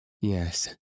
Yes